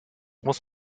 muss